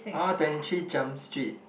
twenty three jump street